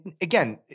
again